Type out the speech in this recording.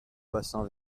bassin